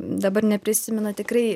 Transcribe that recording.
dabar neprisimenu tikrai